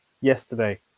yesterday